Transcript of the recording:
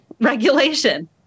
regulation